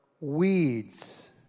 weeds